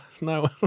No